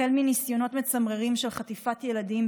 החל מניסיונות מצמררים של חטיפת ילדים,